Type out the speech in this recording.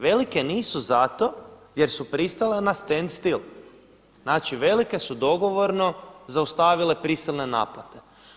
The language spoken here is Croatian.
Velike nisu zato jer su pristale na stand still, znači velike su dogovorno zaustavile prisilne naplate.